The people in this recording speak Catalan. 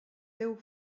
teu